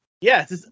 Yes